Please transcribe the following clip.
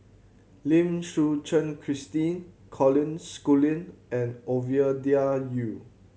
Lim Suchen Christine Colin Schooling and Ovidia Yu